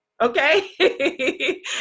Okay